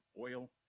oil